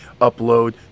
upload